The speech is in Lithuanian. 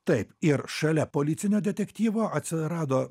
taip ir šalia policinio detektyvo atsirado